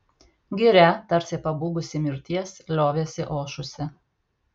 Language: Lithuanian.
giria tarsi pabūgusi mirties liovėsi ošusi